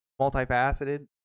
multifaceted